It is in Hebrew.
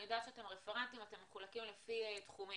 אני יודעת שאתם רפרנטים, אתם מחולקים לפי תחומים.